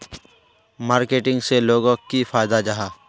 Marketing से लोगोक की फायदा जाहा?